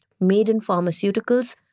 made-in-pharmaceuticals